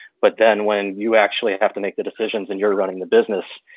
but then when you actually have to make the decisions and you're running the business,